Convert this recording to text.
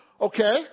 Okay